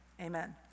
Amen